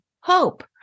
hope